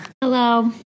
Hello